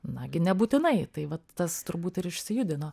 nagi nebūtinai tai vat tas turbūt ir išsijudino